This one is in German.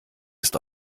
ist